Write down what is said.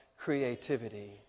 creativity